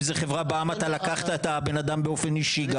אם זו חברה בע"מ אתה לקחת את אותו בן אדם באופן אישי,